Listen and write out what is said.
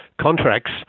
contracts